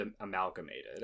amalgamated